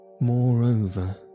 Moreover